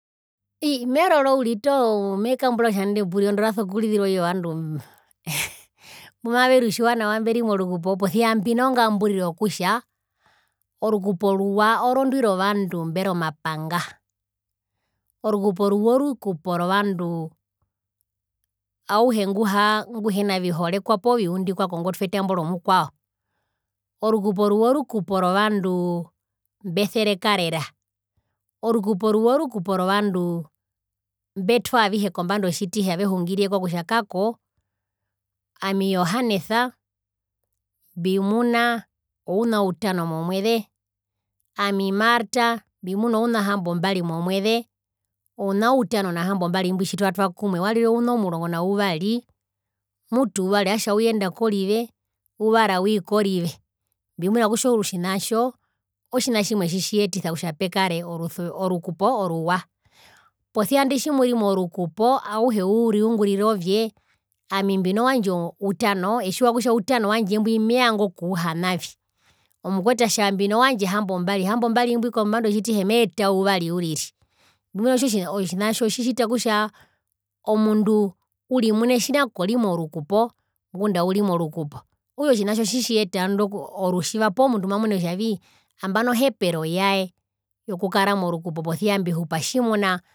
Ii merero uriri toho mmmmhhhh mekambura kutja epurirondo riso kuzirwa iyo vandu mberi morukupo posia mbinongamburiro yokutja orukupo ruwa orondwi rovandu mberi omapanga orukupo ruwa orukupo rovanduu auhe nguhaa nguhena vihorekwa poo viundikwa kokngotwe etambo romukwao, orukupo oruwa orukupo rovanduu mbeserekarera, orukupo oruwa orukupo rovanduu mbetwa avihe kombanda otjitihe avehungirireko kokutja kako ami johanesa mbimuna ouna utano momweze ami marta mbimuna ouna hambombari momweze ouna utano nahambombari mbwi tjitwatwa kumwe warire ouna omurongo nauvari mutu uvari atjauyenda korive uvari awii korive mbimuna kutja otjina tjo otjina tjimwe tjitji yetisa kutja pekare orusuver orukupo oruwa, posia indi tjimuri morukupo auhe uriungurira ovye ami mbino wandje utano etjiwa kutja utano wandje mbwi mevanga okuhanavi. Omukwetu atja mbino wandje hambombari, hambombri mbwi kombanda otjitihe meeta uvari uriri mbimuna kutja otjina tjo tjitjita kutja omundu uri mune tjina kori morkupo ngunda auri morukupo, okutja otjinatjo otjitjiyeta ing indo rutjiva poo mamune kutjavii nambano, ohepero yae yokukara morukupoposiambihupa tjimuna